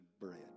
bread